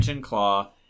Claw